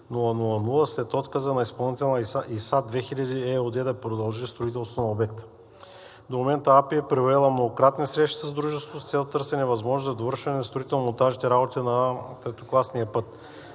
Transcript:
18+000 след отказа на изпълнителя „ИСА 2000“ ЕООД да продължи строителството на обекта. До момента АПИ е провела многократни срещи с дружеството с цел търсене на възможност за довършване на строително-монтажните работи на третокласния път.